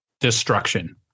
destruction